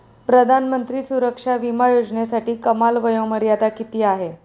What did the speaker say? प्रधानमंत्री सुरक्षा विमा योजनेसाठी कमाल वयोमर्यादा किती आहे?